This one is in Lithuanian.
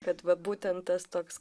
kad va būtent tas toks